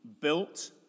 built